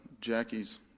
Jackie's